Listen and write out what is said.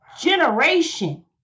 generation